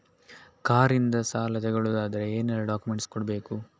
Car ಇಂದ ಸಾಲ ತಗೊಳುದಾದ್ರೆ ಏನೆಲ್ಲ ಡಾಕ್ಯುಮೆಂಟ್ಸ್ ಕೊಡ್ಬೇಕು?